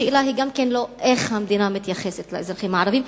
השאלה היא גם לא איך המדינה מתייחסת לאזרחים הערבים,